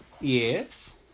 Yes